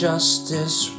Justice